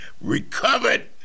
recovered